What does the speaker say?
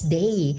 day